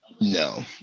No